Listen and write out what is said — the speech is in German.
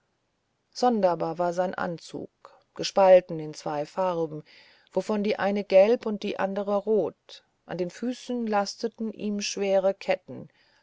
sonderbar war sein anzug gespaltet in zwei farben wovon die eine gelb und die andre rot an den füßen lasteten ihm schwere ketten